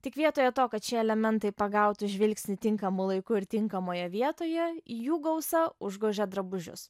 tik vietoje to kad šie elementai pagautų žvilgsnį tinkamu laiku ir tinkamoje vietoje jų gausa užgožė drabužius